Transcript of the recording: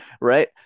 Right